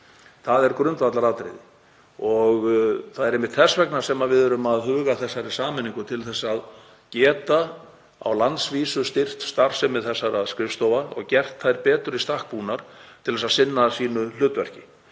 Það er grundvallaratriði og það er einmitt þess vegna sem við erum að huga að þessari sameiningu, til að geta á landsvísu styrkt starfsemi þessara skrifstofa og gert þær betur í stakk búnar til að sinna hlutverki